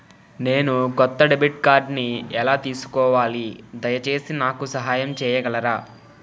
నేను కొత్త డెబిట్ కార్డ్ని ఎలా తీసుకోవాలి, దయచేసి నాకు సహాయం చేయగలరా?